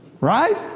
Right